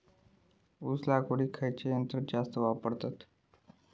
ऊस लावडीक खयचा यंत्र जास्त वापरतत?